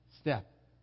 step